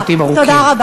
תודה רבה.